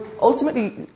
ultimately